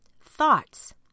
Thoughts